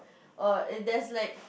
oh and there's like